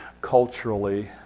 culturally